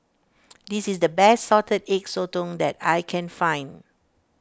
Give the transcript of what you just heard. this is the best Salted Egg Sotong that I can find